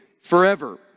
forever